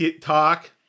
talk